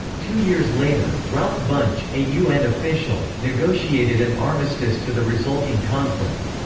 two years later, ralph bunche, a un official, negotiated an armistice to the resulting conflict.